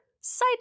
Side